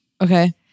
Okay